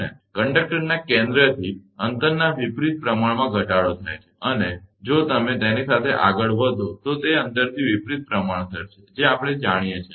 અને કંડક્ટરના કેન્દ્રથી અંતરના વિપરીત પ્રમાણમાં ઘટાડો થાય છે અને જો તમે તેની સાથે આગળ વધો તો તે અંતરથી વિપરિત પ્રમાણસર છે જે આપણે જાણીએ છીએ